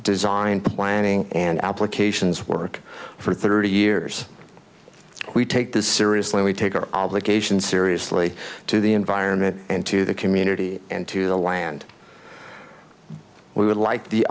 design planning and applications work for thirty years we take this seriously we take our obligations seriously to the environment and to the community and to the land we would like the